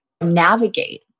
navigate